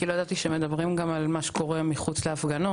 כי לא ידעתי שמדברים גם על מה שקורה מחוץ להפגנות.